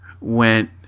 went